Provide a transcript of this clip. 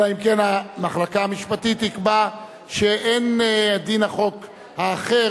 אלא אם כן המחלקה המשפטית תקבע שאין דין החוק האחר,